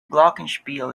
glockenspiel